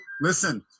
Listen